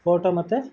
photo ಮತ್ತು